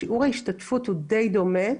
שיעור ההשתתפות הוא די דומה,